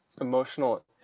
emotional